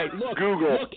Google